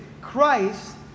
Christ